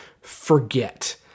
forget